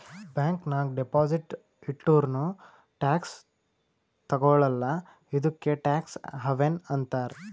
bank ನಾಗ್ deposit ಇಟ್ಟುರ್ನೂ tax ತಗೊಳಲ್ಲ ಇದ್ದುಕೆ ಟ್ಯಾಕ್ಸ್ ಹವೆನ್ ಅಂತಾರ್